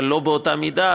אבל לא באותה מידה,